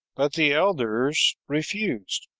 but the elders refused,